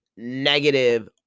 negative